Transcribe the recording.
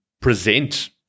present